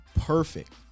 perfect